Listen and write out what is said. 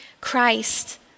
Christ